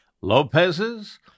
Lopez's